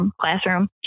classroom